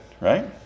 right